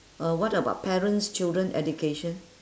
uh what about parents children education